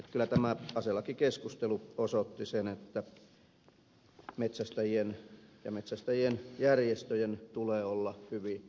kyllä tämä aselakikeskustelu osoitti sen että metsästäjien ja metsästäjien järjestöjen tulee olla hyvin valppaana